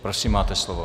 Prosím, máte slovo.